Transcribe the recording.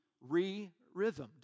re-rhythmed